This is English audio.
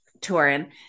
touring